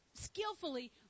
skillfully